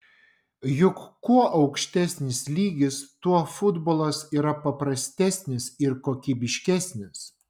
juk kuo aukštesnis lygis tuo futbolas yra paprastesnis ir kokybiškesnis